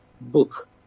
book